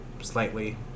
slightly